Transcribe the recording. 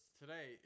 today